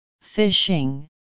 fishing